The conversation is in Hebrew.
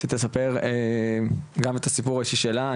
שתספר גם את הסיפור האישי שלה.